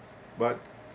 but